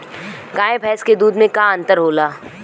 गाय भैंस के दूध में का अन्तर होला?